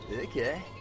okay